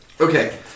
Okay